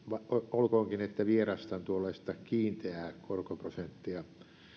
olkoonkin että vierastan tuollaista kiinteää korkoprosenttia